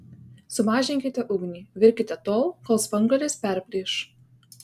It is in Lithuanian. sumažinkite ugnį virkite tol kol spanguolės perplyš